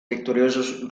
victoriosos